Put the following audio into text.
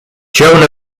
joan